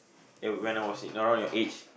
ya when I was in around your age